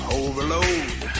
overload